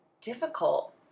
difficult